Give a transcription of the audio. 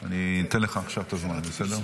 אני אתן לך עכשיו את הזמן, בסדר?